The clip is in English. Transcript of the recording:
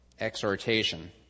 exhortation